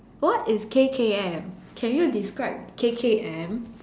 what is K_K_M can you describe K_K_M